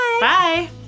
Bye